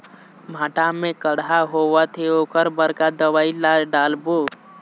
भांटा मे कड़हा होअत हे ओकर बर का दवई ला डालबो?